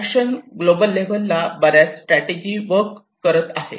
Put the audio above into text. action global लेव्हलला बऱ्याच strategy work करत आहेत